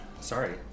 sorry